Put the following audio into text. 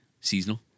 seasonal